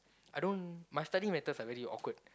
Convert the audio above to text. I don't my study methods are very awkward